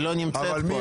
היא לא נמצאת פה,